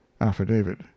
AFFIDAVIT